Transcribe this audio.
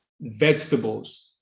vegetables